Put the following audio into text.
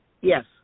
yes